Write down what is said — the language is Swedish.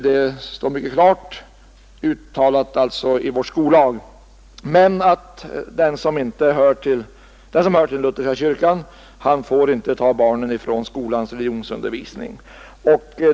Det står mycket klart uttalat i vår skollag, men den som hör till den lutherska kyrkan får inte ta barnen från skolans religionsundervisning.